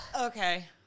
okay